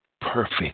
perfect